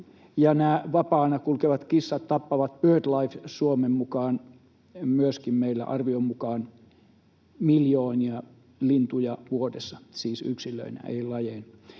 Nämä vapaana kulkevat kissat tappavat BirdLife Suomen mukaan myöskin meillä arvion mukaan miljoonia lintuja vuodessa — siis yksilöinä, ei lajeina.